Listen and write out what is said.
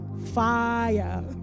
fire